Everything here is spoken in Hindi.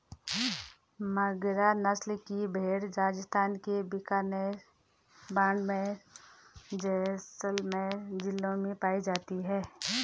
मगरा नस्ल की भेंड़ राजस्थान के बीकानेर, बाड़मेर, जैसलमेर जिलों में पाई जाती हैं